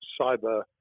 cyber